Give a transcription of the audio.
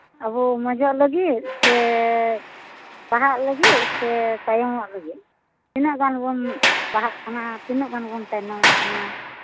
ᱟᱵᱚ ᱢᱚᱡᱽᱼᱚᱜ ᱞᱟᱹᱜᱤᱫ ᱥᱮ ᱞᱟᱦᱟᱜ ᱞᱟᱹᱜᱤᱫ ᱥᱮ ᱛᱟᱭᱚᱢᱚᱜ ᱞᱟᱹᱜᱤᱫ ᱛᱤᱱᱟᱹᱜ ᱜᱟᱱ ᱵᱚᱱ ᱞᱟᱦᱟᱜ ᱠᱟᱱᱟ ᱛᱤᱱᱟᱹᱜ ᱜᱟᱱ ᱵᱚᱱ ᱟᱭᱱᱚᱢᱚᱜ ᱠᱟᱱᱟ